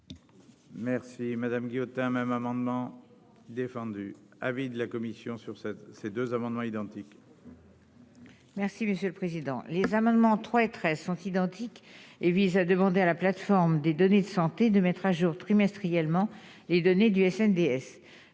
Merci madame Guillotin même amendement défendu avis de la commission sur 7, ces 2 amendements identiques. Merci monsieur le président, les amendements 3 13 sont identiques et vise à demander à la plateforme des données de santé de mettre à jour trimestriellement les données du DS